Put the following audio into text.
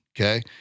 Okay